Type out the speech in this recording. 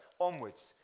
onwards